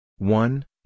One